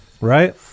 right